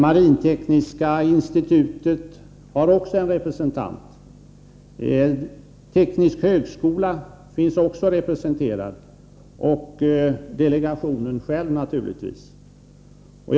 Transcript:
Marintekniska institutet har också en representant. Det har även Tekniska högskolan.